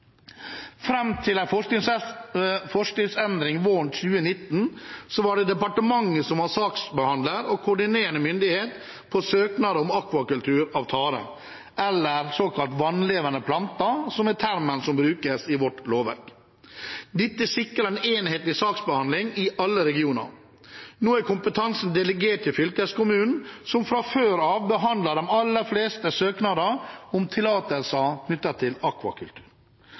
til en forskriftsendring våren 2019 var det departementet som var saksbehandler og koordinerende myndighet for søknader om akvakultur av tare, eller såkalte vannlevende planter, som er termen som brukes i vårt lovverk. Dette sikrer en enhetlig saksbehandling i alle regioner. Nå er kompetansen delegert til fylkeskommunen, som fra før av behandler de aller fleste søknader om tillatelser knyttet til akvakultur.